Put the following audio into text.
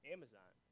Amazon